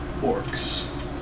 Orcs